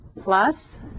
plus